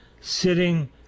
sitting